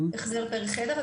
החזר פר חדר.